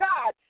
God